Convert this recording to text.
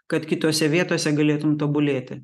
kad kitose vietose galėtum tobulėti